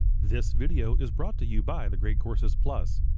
this video is brought to you by the great courses plus,